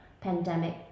pandemic